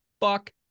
Fuck